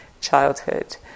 childhood